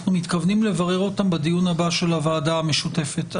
אנחנו מתכוונים לברר אותן בדיון הבא של הוועדה המשותפת.